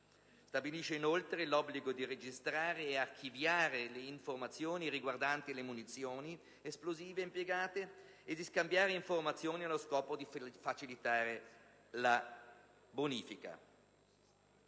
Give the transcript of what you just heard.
stabilisce, inoltre, l'obbligo di registrare e archiviare le informazioni riguardanti le munizioni esplosive impiegate e di scambiare informazioni allo scopo di facilitare la bonifica.